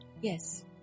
Yes